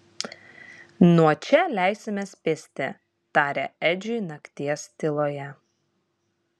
nuo čia leisimės pėsti tarė edžiui nakties tyloje